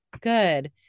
Good